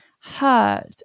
hurt